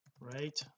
right